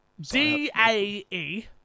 D-A-E